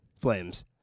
flames